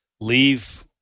leave